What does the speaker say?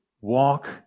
walk